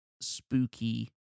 spooky